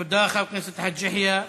תודה, חבר הכנסת חאג' יחיא.